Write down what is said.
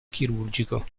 chirurgico